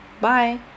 Bye